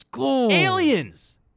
aliens